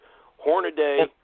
Hornaday